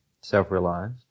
self-realized